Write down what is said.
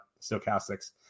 Stochastics